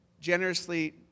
generously